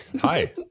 Hi